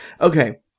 Okay